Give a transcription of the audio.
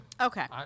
Okay